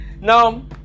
Now